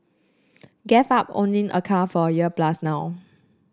gave up owning a car for a year plus now